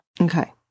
Okay